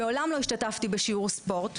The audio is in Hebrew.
מעולם לא השתתפתי בשיעור ספורט,